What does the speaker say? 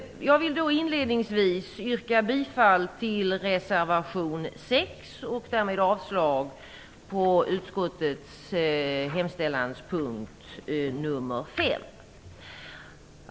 Jag vill inledningsvis yrka bifall till reservation 6 och därmed avslag på utskottets hemställanspunkt nr 5.